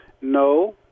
No